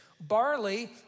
Barley